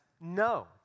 no